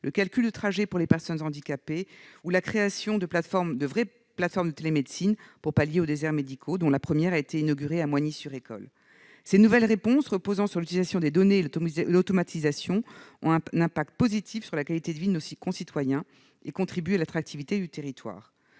au calcul de trajets pour les personnes handicapées ou à la création de véritables plateformes de télémédecine, pour lutter contre les déserts médicaux ; la première d'entre elles a été inaugurée à Moigny-sur-École. Ces nouvelles réponses, reposant sur l'utilisation des données et l'automatisation, ont une incidence positive sur la qualité de vie de nos concitoyens et contribuent à l'attractivité du territoire.